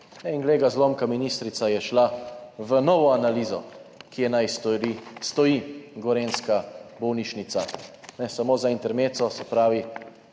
In glej ga zlomka, ministrica je šla v novo analizo, kje naj stoji gorenjska bolnišnica. Samo za intermezzo, se pravi,